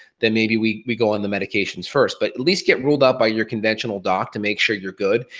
then maybe we we go on the medications first. but, at least get ruled ah by your conventional doc to make sure you're good.